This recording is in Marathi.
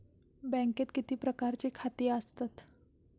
बँकेत किती प्रकारची खाती असतत?